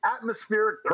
atmospheric